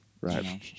Right